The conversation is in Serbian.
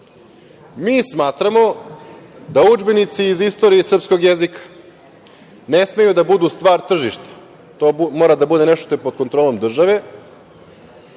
Mi smatramo da udžbenici iz Istorije i Srpskog jezika ne smeju da budu stvar tržišta. To mora da bude nešto što je pod kontrolom države,